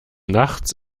nachts